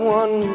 one